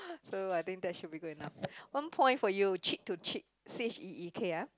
so I think that should be good enough one point for you cheek to cheek C H E E K ah